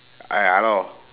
hi hello